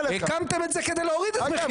הקמתם את זה כדי להוריד את מחירי הדיור.